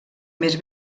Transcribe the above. més